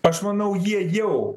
aš manau jie jau